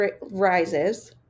rises